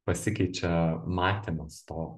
pasikeičia matymas to